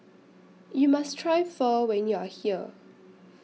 YOU must Try Pho when YOU Are here